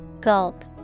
Gulp